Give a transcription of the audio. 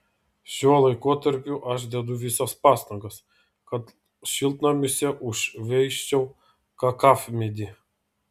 šiuo laikotarpiu aš dedu visas pastangas kad šiltnamiuose užveisčiau kakavmedį